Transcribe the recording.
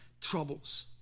troubles